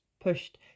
pushed